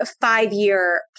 five-year